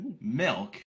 Milk